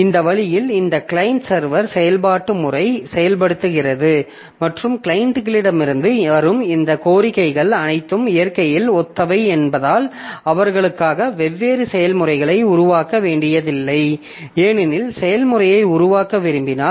இந்த வழியில் இந்த கிளையன்ட் சர்வர் செயல்பாட்டு முறை செயல்படுகிறது மற்றும் கிளையன்ட்களிடமிருந்து வரும் இந்த கோரிக்கைகள் அனைத்தும் இயற்கையில் ஒத்தவை என்பதால் அவர்களுக்காக வெவ்வேறு செயல்முறைகளை உருவாக்க வேண்டியதில்லை ஏனெனில் செயல்முறையை உருவாக்க விரும்பினால்